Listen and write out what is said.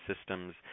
systems